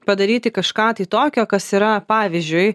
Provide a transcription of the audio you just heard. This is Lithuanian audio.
padaryti kažką tai tokio kas yra pavyzdžiui